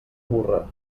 burra